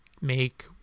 make